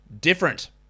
different